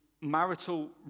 marital